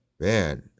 Man